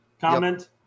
comment